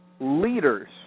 leaders